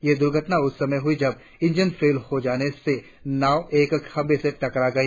ये दुर्घटना उस समय हुई जब इंजन फेल हो जाने से नाव एक खंभे से टकरा गई